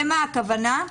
למה הכוונה?